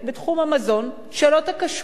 בתחום המזון, שאלות הכשרות.